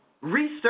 research